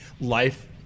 life